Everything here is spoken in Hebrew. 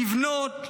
לבנות,